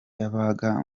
yabaga